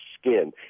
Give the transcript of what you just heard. skin